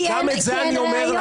כי אין ראיות.